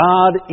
God